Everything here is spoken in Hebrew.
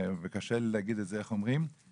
וקשה לי להגיד איך אומרים את זה,